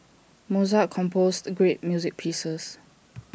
Mozart composed great music pieces